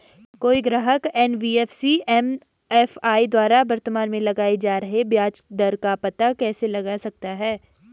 कोई ग्राहक NBFC MFI द्वारा वर्तमान में लगाए जा रहे ब्याज दर का पता कैसे लगा सकता है?